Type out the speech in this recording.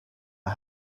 are